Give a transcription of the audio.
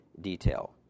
detail